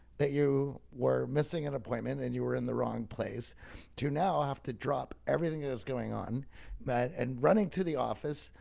that you were missing an appointment and you were in the wrong place too. now i have to drop everything that is going on and running to the office.